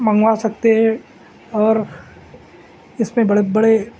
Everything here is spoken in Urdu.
منگوا سکتے ہے اور اس میں بڑے بڑے